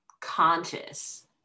conscious